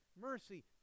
mercy